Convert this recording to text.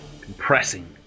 compressing